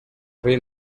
sri